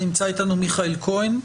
נמצא איתנו מיכאל כהן,